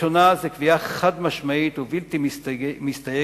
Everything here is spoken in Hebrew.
הראשונה זו קביעה חד-משמעית ובלתי מסתייגת,